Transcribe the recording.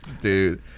Dude